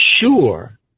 sure